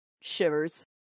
shivers